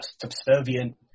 subservient